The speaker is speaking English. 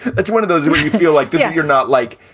it's one of those where you feel like yeah you're not, like,